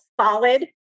solid